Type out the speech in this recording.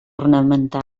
ornamental